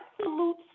absolute